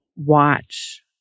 watch